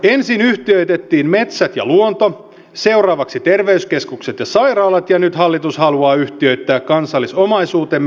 ensin yhtiöitettiin metsät ja luonto seuraavaksi terveyskeskukset ja sairaalat ja nyt hallitus haluaa yhtiöittää kansallisomaisuutemme